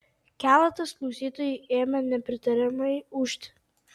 keletas klausytojų ėmė nepritariamai ūžti